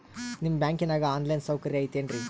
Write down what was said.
ನಿಮ್ಮ ಬ್ಯಾಂಕನಾಗ online ಸೌಕರ್ಯ ಐತೇನ್ರಿ?